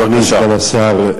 אדוני סגן השר,